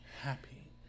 happy